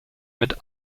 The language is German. mit